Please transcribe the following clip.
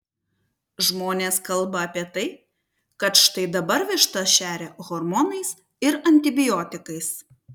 žmonės kalba apie tai kad štai dabar vištas šeria hormonais ir antibiotikais